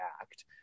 act